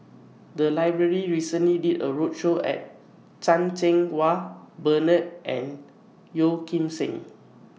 The Library recently did A roadshow At Chan Cheng Wah Bernard and Yeo Kim Seng